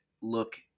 look